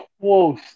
close